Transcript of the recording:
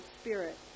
spirit